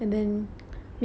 ya